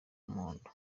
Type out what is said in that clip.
w’umuhondo